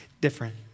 different